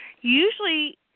Usually